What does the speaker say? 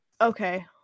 Okay